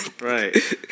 Right